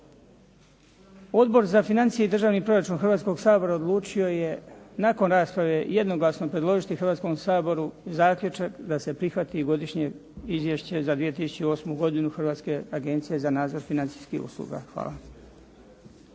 Odbor za financije i državni proračun Hrvatskoga sabora odlučio je nakon rasprave jednoglasno predložiti Hrvatskom saboru zaključak da se prihvati Godišnje izvješće za 2008. godinu Hrvatske agencije za nadzor financijskih usluga. Hvala.